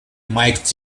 mike